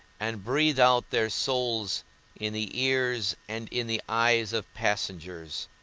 and breathe out their souls in the ears and in the eyes of passengers,